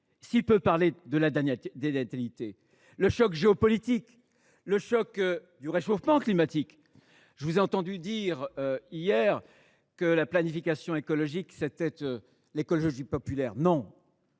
si peu de la dénatalité –, au choc géopolitique, au choc du réchauffement climatique. Je vous ai entendu dire hier que la planification écologique, c’était l’écologie populaire. Non !